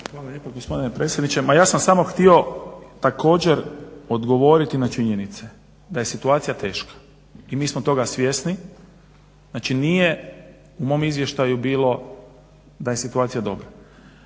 Hvala gospodine predsjedniče. Ma ja sam samo htio također odgovoriti na činjenice da je situacija teška i mi smo toga svjesni. Znači, nije u mom izvještaju bilo da je situacija dobra,